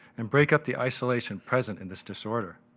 and break up the isolation present in this disorder.